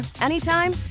anytime